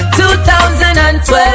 2012